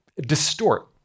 distort